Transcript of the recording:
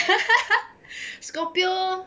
scorpio